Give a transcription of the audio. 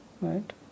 right